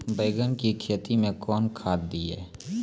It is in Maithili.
बैंगन की खेती मैं कौन खाद दिए?